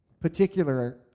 particular